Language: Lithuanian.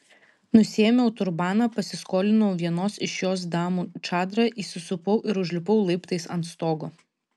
nusiėmiau turbaną pasiskolinau vienos iš jos damų čadrą įsisupau ir užlipau laiptais ant stogo